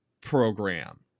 program